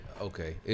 okay